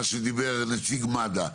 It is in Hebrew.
מה שדיבר נציג מד"א,